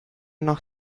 noch